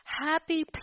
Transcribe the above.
happy